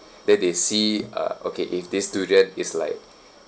then they see uh okay if this durian is like